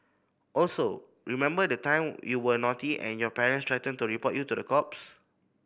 also remember the time you were naughty and your parents threatened to report you to the cops